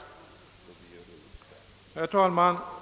Herr talman!